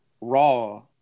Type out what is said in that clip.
Raw